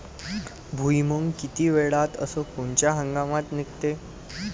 भुईमुंग किती वेळात अस कोनच्या हंगामात निगते?